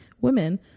women